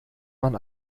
man